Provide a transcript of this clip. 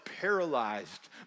paralyzed